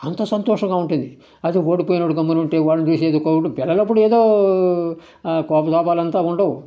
అంత సంతోషంగా ఉంటుంది అది ఓడిపోయినోడు గమ్మునుంటే వాడిని పిల్లలప్పుడు ఏదో కోపతాపాలంతా ఉండవు